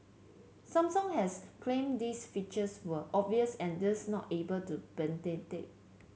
Samsung has claimed these features were obvious and thus not able to be patented